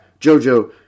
Jojo